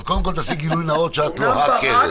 אז קודם כול תעשי גילוי נאות שאת לא הקרן.